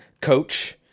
coach